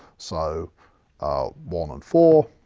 so one, and four.